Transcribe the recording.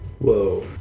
Whoa